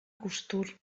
costur